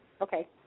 okay